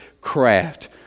craft